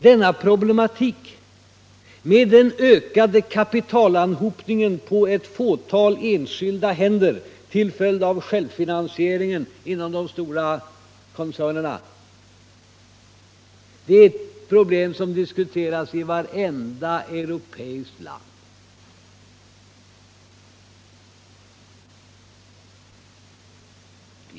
Denna problematik med den ökade kapitalanhopningen på ett fåtal enskilda händer till följd av självfinansieringen inom de stora koncernerna är ett problem som diskuteras i vartenda europeiskt land.